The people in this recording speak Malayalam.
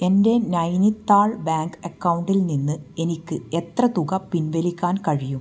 എൻ്റെ നൈനിത്താൾ ബാങ്ക് അക്കൗണ്ടിൽ നിന്ന് എനിക്ക് എത്ര തുക പിൻവലിക്കാൻ കഴിയും